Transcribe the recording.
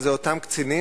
והיא אותם קצינים,